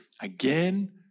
Again